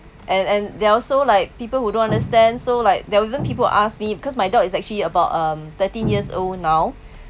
and and they're also like people who don't understand so like there were even people asked me because my dog is actually about um thirteen years old now